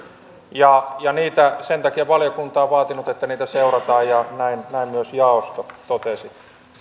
ja sen takia valiokunta on vaatinut että niitä seurataan ja näin myös jaosto totesi